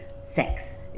sex